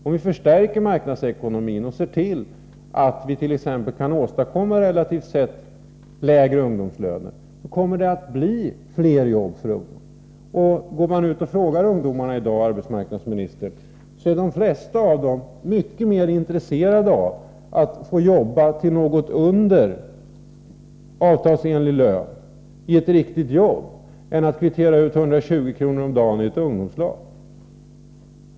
Om vi förstärker marknadsekonomin och ser till att vi kan åstadkomma t.ex. relativt sett lägre ungdomslöner, kommer det att bli fler jobb för ungdomar. Går man ut och frågar ungdomarna i dag, arbetsmarknadsminis ' tern, är de flesta av dem mycket mer intresserade av att jobba till något lägre än avtalsenlig lön i ett riktigt jobb än att kvittera ut 120 kr. om dagen i ett ungdomslag.